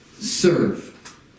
Serve